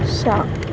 शा